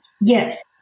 Yes